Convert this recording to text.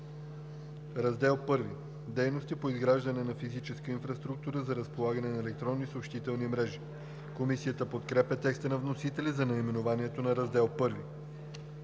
„Раздел I – Дейности по изграждане на физическа инфраструктура за разполагане на електронни съобщителни мрежи“. Комисията подкрепя текста на вносителя за наименованието на Раздел I.